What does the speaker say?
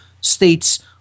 states